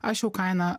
aš jau kainą